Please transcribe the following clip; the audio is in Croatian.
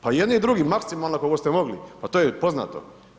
Pa jedni i drugi, maksimalno kol'ko ste mogli, pa to je poznato.